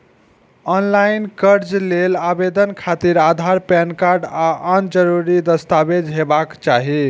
ऑनलॉन कर्ज लेल आवेदन खातिर आधार, पैन कार्ड आ आन जरूरी दस्तावेज हेबाक चाही